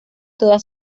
todas